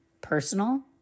personal